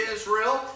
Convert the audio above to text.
Israel